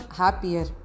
happier